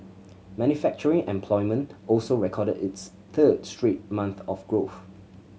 manufacturing employment also recorded its third straight month of growth